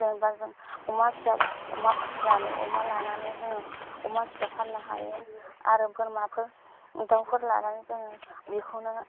जेनबा जों अमा फिसा अमा फिनानै अमा लानानै जोङो अमा फिसा फाननो हायो आरो बोरमाफोर दावफोर लानानै जोङो बेखौनो